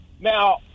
Now